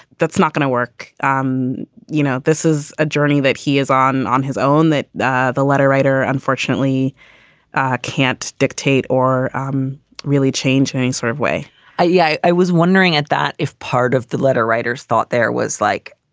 that's not going to work. um you know, this is a journey that he is on on his own, that the the letter writer unfortunately can't dictate or um really change things sort of way i yeah i was wondering at that if part of the letter writers thought there was like,